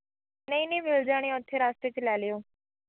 ਨਹੀਂ ਨਹੀਂ ਮਿਲ ਜਾਣੇ ਉੱਥੇ ਰਸਤੇ 'ਚ ਲੈ ਲਿਓ